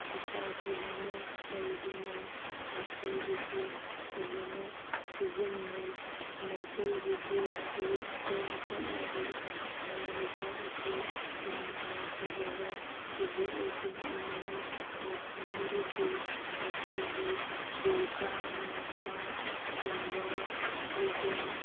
ꯂꯨꯄꯥ ꯐꯖꯅ ꯇꯧꯗꯨꯅ ꯃꯈꯣꯏꯒꯤꯁꯨ ꯐꯖꯅ ꯁꯤꯖꯟꯅꯩ ꯃꯩꯇꯩꯒꯤꯁꯨ ꯂꯤꯛ ꯀꯣꯟ ꯆꯠꯅꯕꯤ ꯁꯅꯥ ꯂꯨꯄꯥ ꯑꯁꯤ ꯌꯥꯝꯅ ꯐꯖꯕ ꯐꯤꯖꯦꯠ ꯂꯩꯇꯦꯡ ꯑꯃꯅꯤ ꯃꯨꯁꯂꯤꯝꯒꯤꯁꯨ ꯃꯈꯣꯏꯒꯤ ꯕꯨꯔꯈꯥ ꯅꯀꯥꯞ ꯁꯜꯋꯥꯔ ꯐꯩꯖꯣꯝ